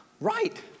right